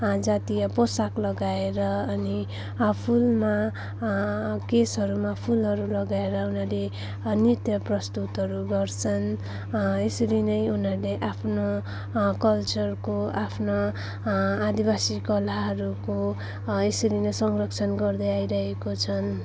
जातीय पोसाक लगाएर अनि आफूमा केशहरूमा फुलहरू लगाएर उनीहरूले नृत्य प्रस्तुतहरू गर्छन् यसरी नै उनीहरूले आफ्नो कल्चरको आफ्ना आदिवासी कलाहरूको यसरी नै संरक्षण गर्दै आइरहेको छन्